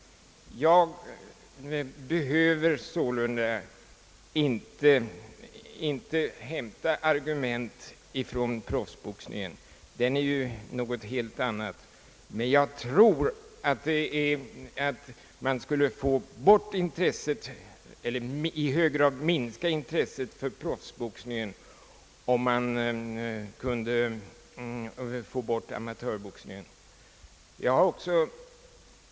Jag behöver därför inte hämta argument från proffsboxningen. Den är ju något helt annat. Jag tror dock att man skulle få bort intresset eller i hög grad minska intresset för proffsboxningen, om man kunde få bort amatörboxningen.